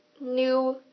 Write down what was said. new